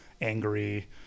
angry